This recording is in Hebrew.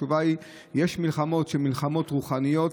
התשובה היא שיש מלחמות שהן מלחמות רוחניות,